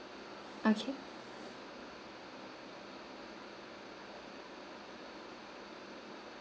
okay